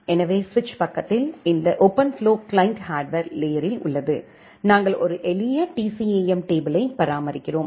எனவே சுவிட்ச் பக்கத்தில் இந்த ஓபன்ஃப்ளோ கிளையன்ட் ஹார்ட்வர் லேயரில் உள்ளது நாங்கள் ஒரு எளிய TCAM டேபிளை பராமரிக்கிறோம்